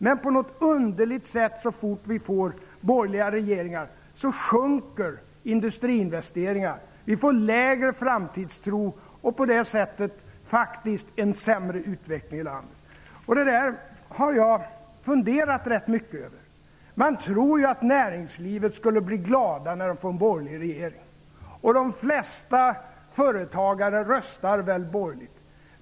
Men så fort vi får borgerliga regeringar, sjunker industriinvesteringarna på något underligt sätt. Vi får sämre framtidstro och på det sättet en sämre utveckling i landet. Jag har funderat ganska mycket över detta. Man tror ju att man inom näringslivet skulle bli glad när man får en borgerlig regering. De flesta företagare röstar väl borgerligt.